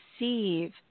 receive